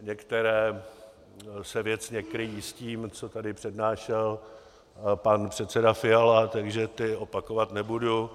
Některá se věcně kryjí s tím, co tady přednášel pan předseda Fiala, takže ta opakovat nebudu.